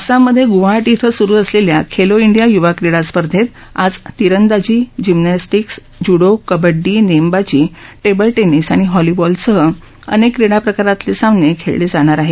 आसाममधे गुवाहाटी इथं सुरु असलेल्या खेलो इंडिया युवाक्रीडास्पर्धेत आज तिरंदाजी जिम्नॅस्टीक्स जुडो कबड्डी नेमबाजी टेबलटेनिस आणि हॉलीबॉलसह अनेक क्रीडाप्रकारातील सामने खेळले जाणार आहेत